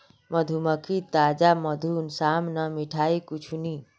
मधुमक्खीर ताजा मधुर साम न मिठाई कुछू नी